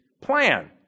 plan